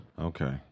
Okay